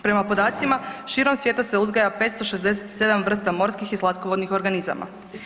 Prema podacima širom svijeta se uzgaja 567 vrsta morskih i slatkovodnih organizama.